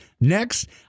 Next